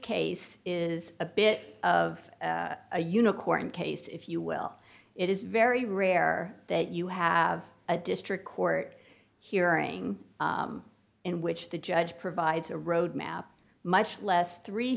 case is a bit of a unicorn case if you will it is very rare that you have a district court hearing in which the judge provides a road map much less three